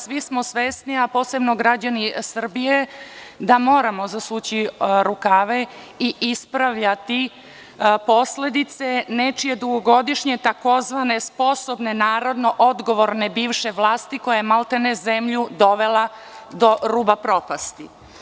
Svi smo svesni, a posebno građani Srbije da moramo zasući rukave i ispravljati posledice nečije dugogodišnje tzv. sposobno navodno odgovorne bivše vlasti koja je maltene zemlju dovela do ruba propasti.